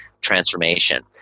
transformation